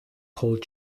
called